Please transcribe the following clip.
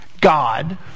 God